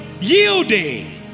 yielding